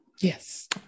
Yes